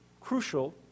crucial